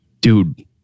Dude